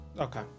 Okay